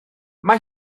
mae